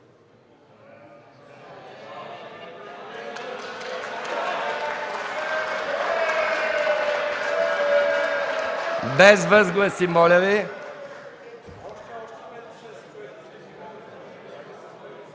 Без възгласи, моля Ви.